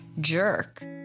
jerk